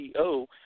CEO